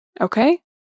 Okay